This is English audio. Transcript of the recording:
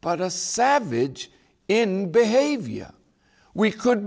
but a savage in behavior we could